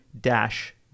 dash